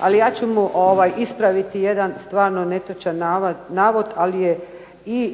A ja ću mu ispraviti jedan stvarno netočan navod, ali je